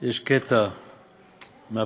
יש קטע מהפרשה,